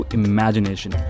imagination